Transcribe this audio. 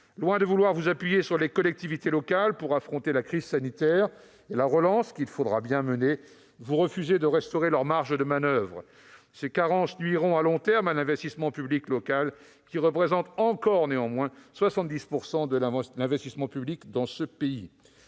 lieu de vous appuyer sur les collectivités locales pour affronter la crise sanitaire et mener la relance, vous refusez de restaurer leurs marges de manoeuvre. Ces carences nuiront à long terme à l'investissement public local, qui représente néanmoins encore 70 % de l'investissement public dans notre pays.